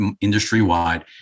industry-wide